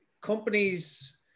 companies